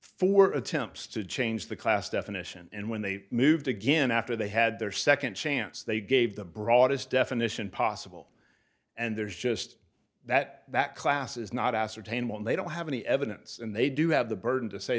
four attempts to change the class definition and when they moved again after they had their second chance they gave the broadest definition possible and there's just that that class is not ascertainable they don't have any evidence and they do have the burden to say